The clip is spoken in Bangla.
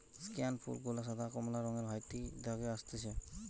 স্কেয়ান ফুল গুলা সাদা, কমলা রঙের হাইতি থেকে অসতিছে